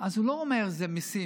אז הוא לא אומר: זה מיסים,